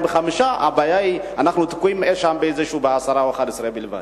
הבעיה היא שאנחנו תקועים אי-שם ב-10 או ב-11 בלבד.